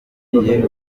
udasezeye